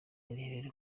irebere